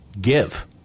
give